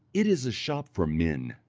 it is a shop for men.